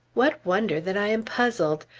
what wonder that i am puzzled?